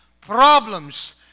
problems